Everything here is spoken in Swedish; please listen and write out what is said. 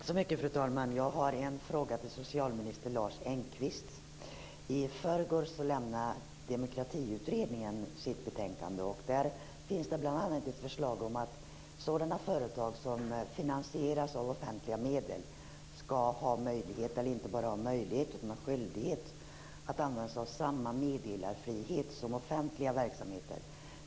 Fru talman! Jag har en fråga till socialminister Lars Engqvist. I förrgår lämnade Demokratiutredningen sitt betänkande. Där finns bl.a. ett förslag om att sådana företag som finansieras av offentliga medel ska ha möjlighet - eller inte bara möjlighet, utan skyldighet - att använda sig av samma meddelarfrihet som offentliga verksamheter.